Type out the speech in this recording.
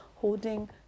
holding